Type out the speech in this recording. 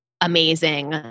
amazing